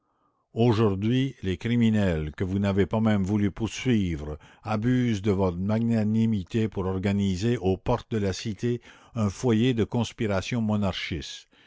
aujourd'hui les criminels que vous n'avez pas même voulu poursuivre abusent de votre magnanimité pour organiser aux portes de la cité un foyer de conspiration monarchiste